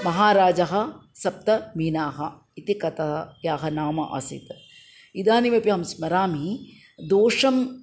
महाराजः सप्तमीनाः इति कथायाः नाम आसीत् इदानीमपि अहं स्मरामि दोषम्